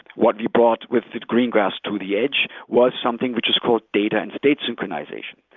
what we brought with greengrass to the edge was something which is called data and state synchronization.